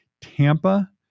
Tampa